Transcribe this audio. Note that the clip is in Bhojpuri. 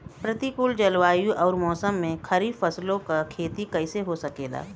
प्रतिकूल जलवायु अउर मौसम में खरीफ फसलों क खेती कइसे हो सकेला?